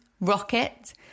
Rocket